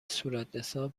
صورتحساب